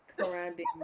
surrounding